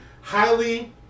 highly